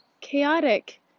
chaotic